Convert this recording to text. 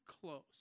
close